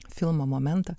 filmo momentą